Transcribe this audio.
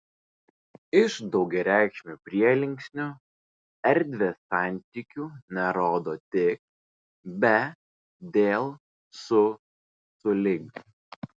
iš daugiareikšmių prielinksnių erdvės santykių nerodo tik be dėl su sulig